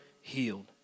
healed